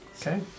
Okay